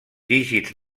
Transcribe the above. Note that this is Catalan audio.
dígits